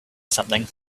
something